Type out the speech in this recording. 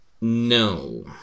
No